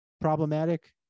problematic